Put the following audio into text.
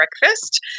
breakfast